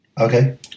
Okay